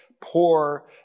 poor